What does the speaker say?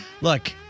look